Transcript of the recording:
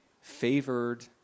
favored